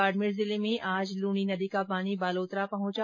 बाड़मेर जिले में आज लूणी नदी का पानी बालोतरा पहचा